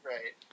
Right